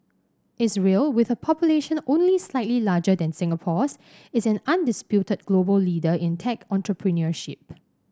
Israel with a population only slightly larger than Singapore's is an undisputed global leader in tech entrepreneurship